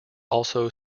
also